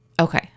Okay